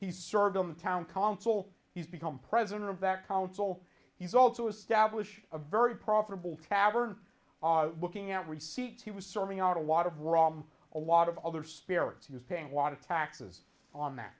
he served on the town council he's become president of that council he's also establish a very profitable cavern looking at receipts he was serving out a lot of rum a lot of other spirits he is paying lot of taxes on that